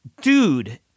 Dude